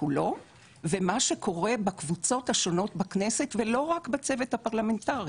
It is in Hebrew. כולו ומה שקורה בקבוצות השונות בכנסת ולא רק בצוות הפרלמנטרי.